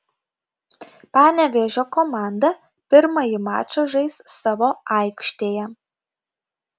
panevėžio komanda pirmąjį mačą žais savo aikštėje